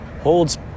holds